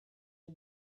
are